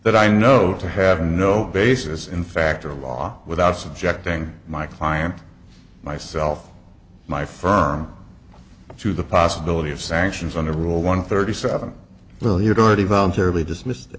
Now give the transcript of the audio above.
that i know to have no basis in fact or law without subjecting my client myself my firm to the possibility of sanctions on the rule one thirty seven will your dirty voluntarily dismissed